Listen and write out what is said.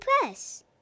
Press